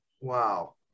Wow